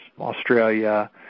Australia